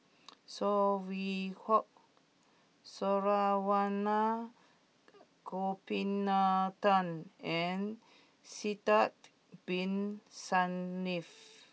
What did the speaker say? Saw Swee Hock Saravanan Gopinathan and Sidek Bin Saniff